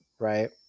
right